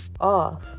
off